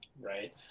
Right